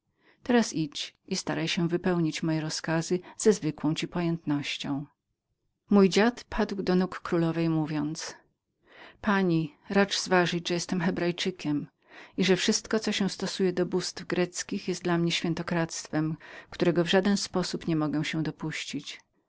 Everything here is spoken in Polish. teraz idź i staraj się wypełnić moje rozkazy ze zwykłą ci pojętnością mój dziad padł do nóg królowej mówiąc pani racz zważyć że jestem hebrajczykiem i że wszystko co się stosuje do bóstw greckich jest dla mnie świętokradztwem którego w żaden sposób nie mogę się dopuścić